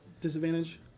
disadvantage